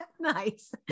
Nice